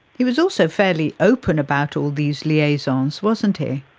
he was also fairly open about all these liaisons, wasn't he.